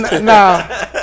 Nah